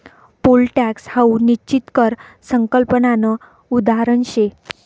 pole tax हाऊ निश्चित कर संकल्पनानं उदाहरण शे